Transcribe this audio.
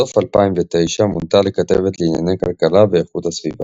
בסוף 2009 מונתה לכתבת לענייני כלכלה ואיכות הסביבה.